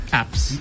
apps